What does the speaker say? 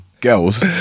girls